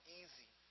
easy